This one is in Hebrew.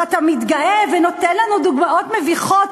ואתה מתגאה ונותן לנו דוגמאות מביכות,